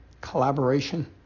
collaboration